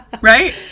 Right